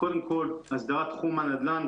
קודם כל הסדרת תחום הנדל"ן.